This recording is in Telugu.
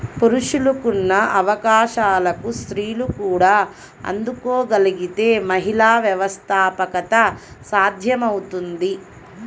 పురుషులకున్న అవకాశాలకు స్త్రీలు కూడా అందుకోగలగితే మహిళా వ్యవస్థాపకత సాధ్యమవుతుంది